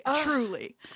truly